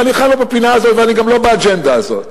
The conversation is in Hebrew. אני בכלל לא בפינה הזאת, ואני גם לא באג'נדה הזאת.